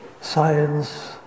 science